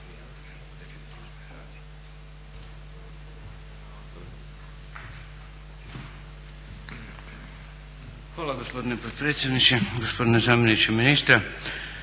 Hvala gospodine potpredsjedniče, gospodine zamjeniče ministra.